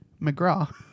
McGraw